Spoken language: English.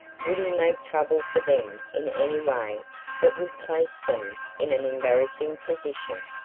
would he make trouble for them in any way that would place them in an embarrassing position?